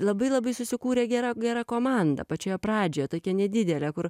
labai labai susikūrė gera gera komanda pačioje pradžioje tokia nedidelė kur